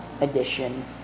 edition